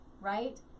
right